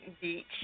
Beach